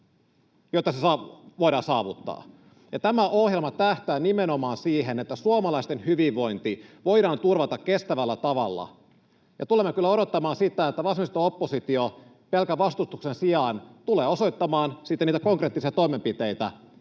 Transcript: varaan, voidaan saavuttaa. Ja tämä ohjelma tähtää nimenomaan siihen, että suomalaisten hyvinvointi voidaan turvata kestävällä tavalla, ja tulemme kyllä odottamaan sitä, että vasemmisto-oppositio pelkän vastustuksen sijaan tulee osoittamaan sitten niitä konkreettisia toimenpiteitä,